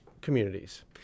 communities